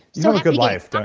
so a good life, don't